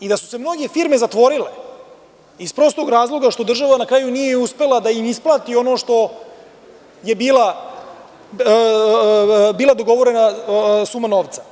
I da su se mnoge firme zatvorile iz prostog razloga što država na kraju nije uspela da im isplati ono što je bila dogovorena suma novca.